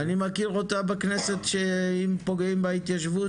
אני מכיר אותה בכנסת שאם פוגעים בהתיישבות,